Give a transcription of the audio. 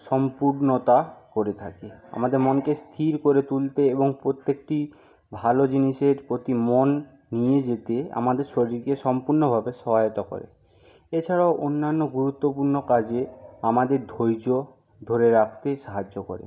সম্পূর্ণতা করে থাকে আমাদের মনকে স্থির করে তুলতে এবং প্রত্যেকটি ভালো জিনিসের প্রতি মন নিয়ে যেতে আমাদের শরীরকে সম্পূর্ণভাবে সহায়তা করে এছাড়াও অন্যান্য গুরুত্বপূর্ণ কাজে আমাদের ধৈর্য ধরে রাখতে সাহায্য করে